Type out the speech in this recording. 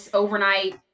overnight